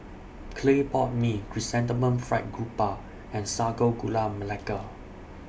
Clay Pot Mee Chrysanthemum Fried Garoupa and Sago Gula Melaka